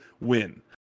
win